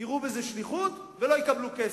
יראו בזה שליחות ולא יקבלו כסף.